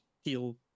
heal